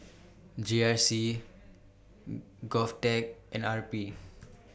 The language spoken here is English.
G R C Govtech and R P